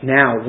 now